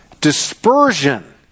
Dispersion